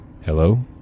Hello